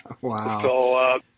Wow